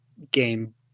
game